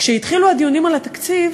כשהתחילו הדיונים על התקציב,